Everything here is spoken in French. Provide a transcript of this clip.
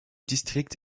district